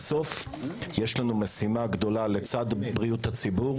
בסוף יש לנו משימה גדולה לצד בריאות הציבור,